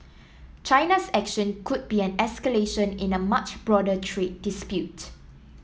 China's action could be an escalation in a much broader trade dispute